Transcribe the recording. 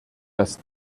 dass